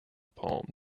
palm